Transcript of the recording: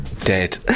Dead